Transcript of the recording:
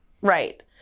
right